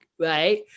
right